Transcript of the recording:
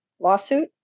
lawsuit